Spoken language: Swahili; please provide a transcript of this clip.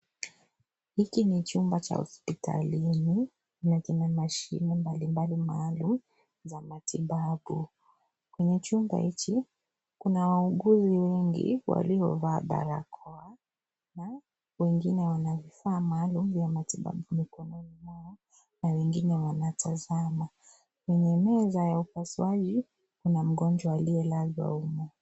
Hiki ni chumba cha hospitalini na kina mashine mbali mbali maalum za matibau. Kwenye chumba hichi kuna wauguzi wengi waliovaa barakoa na wengine wana vifaa maalum vya matibabu mikononi mwao na wengine wanatazama . Kwenye meza ya upasuaji kuna mgonjwa aliyelazwa humo.